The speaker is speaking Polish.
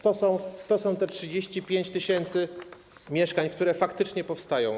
To te 35 tys. mieszkań, które faktycznie powstają.